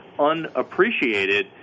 unappreciated